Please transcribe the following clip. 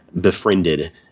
befriended